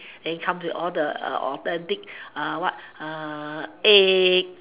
comes with all the authentic what egg